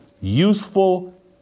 useful